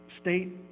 state